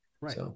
Right